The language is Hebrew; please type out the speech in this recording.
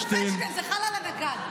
זה לא חל על פדלשטיין, זה חל על הנגד.